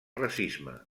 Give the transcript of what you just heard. racisme